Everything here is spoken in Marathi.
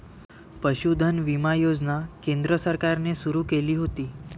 पशुधन विमा योजना केंद्र सरकारने सुरू केली होती